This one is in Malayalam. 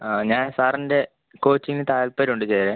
ആ ഞാൻ സാറിൻ്റെ കോച്ചിങ്ങ്ന് താൽപര്യമുണ്ട് ചേരാൻ